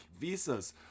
visas